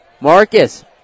Marcus